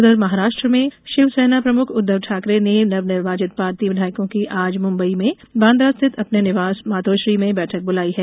उधर महाराष्ट्र में शिवसेना प्रमुख उद्घव ठाकरे ने नवनिर्वाचित पार्टी विधायकों की आज मुम्बई में बांद्रा स्थित अपने निवास मातोश्री में बैठक बुलाई है